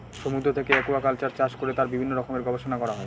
সমুদ্র থেকে একুয়াকালচার চাষ করে তার বিভিন্ন রকমের গবেষণা করা হয়